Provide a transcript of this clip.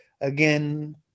again